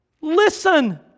Listen